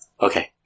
Okay